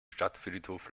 stadtfriedhof